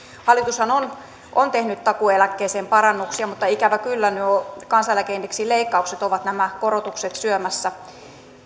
hallitushan on on tehnyt takuueläkkeeseen parannuksia mutta ikävä kyllä nuo kansaneläkeindeksin leikkaukset ovat nämä korotukset syömässä